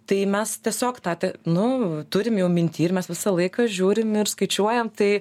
tai mes tiesiog tą ta nu turim jau minty ir mes visą laiką žiūrim ir skaičiuojam tai